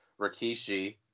Rikishi